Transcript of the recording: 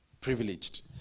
privileged